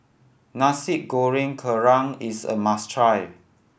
Nasi Goreng Kerang is a must try